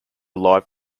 live